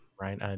Right